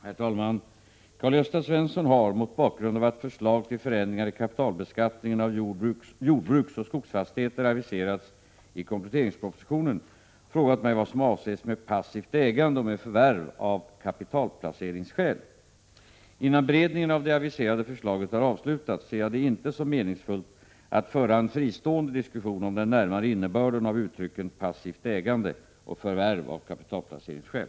Herr talman! Karl-Gösta Svenson har, mot bakgrund av att förslag till förändringar i kapitalbeskattningen av jordbruksoch skogsfastigheter aviseras i kompletteringspropositionen, frågat mig vad som avses med passivt ägande och med förvärv av kapitalplaceringsskäl. Innan beredningen av det aviserade förslaget har avslutats ser jag inte som meningsfullt att föra en fristående diskussion om den närmare innebörden av uttrycken passivt ägande och förvärv av kapitalplaceringsskäl.